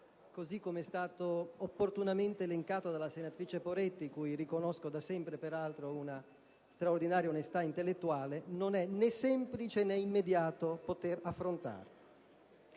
fare, come è stato opportunamente elencato dalla senatrice Poretti - cui riconosco da sempre peraltro una straordinaria onestà intellettuale - non è né semplice né immediato poter affrontare.